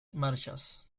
marchas